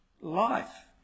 life